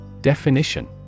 Definition